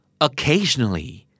Occasionally